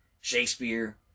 Shakespeare